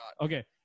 Okay